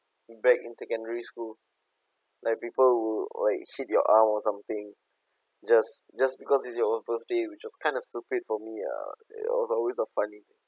back in secondary school like people who like shake your arm or something just just because it's your birthday which is kind of stupid for me ah that always so funny